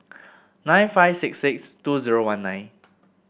nine five six six two zero one nine